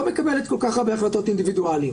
לדרג המדיני,